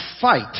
fight